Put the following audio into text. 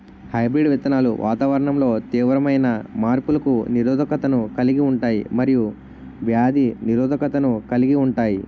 hybrid విత్తనాలు వాతావరణంలో తీవ్రమైన మార్పులకు నిరోధకతను కలిగి ఉంటాయి మరియు వ్యాధి నిరోధకతను కలిగి ఉంటాయి